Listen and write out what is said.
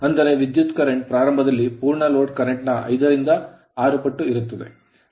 ಅಂದರೆ ವಿದ್ಯುತ್ current current ಪ್ರಾರಂಭದಲ್ಲಿ ಪೂರ್ಣ ಲೋಡ್ ಕರೆಂಟ್ ನ 5 ರಿಂದ 6 ಪಟ್ಟು ಇರುತ್ತದೆ